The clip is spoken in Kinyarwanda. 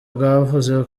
bwavuze